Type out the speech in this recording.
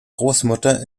großmutter